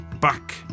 back